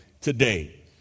today